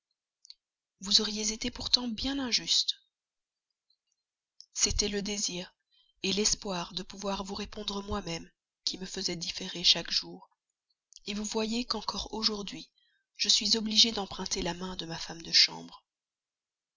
vous auriez été pourtant bien injuste c'était le désir l'espoir de pouvoir vous répondre moi-même qui me faisait différer chaque jour vous voyez qu'encore aujourd'hui je suis obligée d'emprunter la main de ma femme de chambre